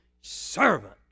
servant